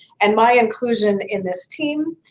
and my inclusion in this team,